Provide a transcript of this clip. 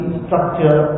structure